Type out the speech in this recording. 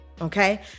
okay